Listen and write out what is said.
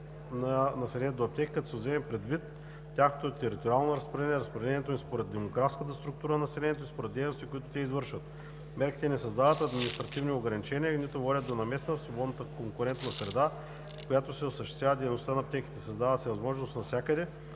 на населението до аптеки, като се вземе предвид тяхното териториално разпределение, разпределението им според демографската структура на населението и според дейностите, които те извършват. Мерките не създават административни ограничения, нито водят до намеса в свободната конкурентна среда, в която се осъществява дейността на аптеките. Създава се възможност навсякъде,